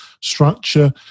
structure